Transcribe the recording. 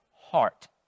heart